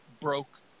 broke